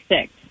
six